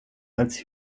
als